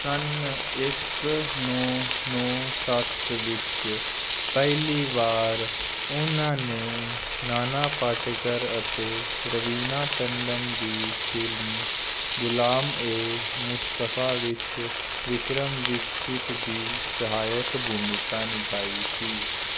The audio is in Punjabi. ਸੰਨ ਇੱਕ ਨੌਂ ਨੌਂ ਸੱਤ ਵਿੱਚ ਪਹਿਲੀ ਵਾਰ ਉਹਨਾਂ ਨੇ ਨਾਨਾ ਪਾਟੇਕਰ ਅਤੇ ਰਵੀਨਾ ਟੰਡਨ ਦੀ ਫਿਲਮ ਗੁਲਾਮ ਏ ਮੁਸਤਫਾ ਵਿੱਚ ਵਿਕਰਮ ਦੀਕਸ਼ਿਤ ਦੀ ਸਹਾਇਕ ਭੂਮਿਕਾ ਨਿਭਾਈ ਸੀ